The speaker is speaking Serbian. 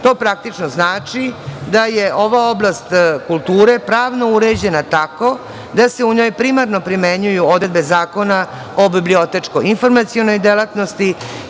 To praktično znači da je ova oblast kulture pravno uređena tako da se u njoj primarno primenjuju odredbe Zakona o bibliotečko-informacionoj delatnosti